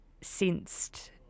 sensed